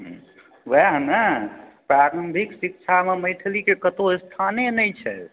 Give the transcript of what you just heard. ओएह ने प्रारम्भिक शिक्षामे मैथिलीके कतहुँ स्थाने नहि छै